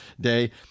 day